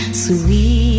sweet